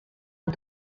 amb